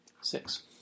Six